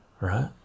right